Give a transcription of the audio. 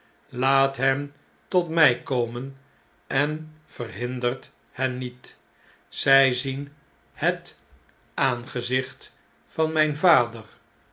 laat hen tot my komen en verhindert hen niet zij zien het aangezicht van mjjn vader